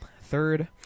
third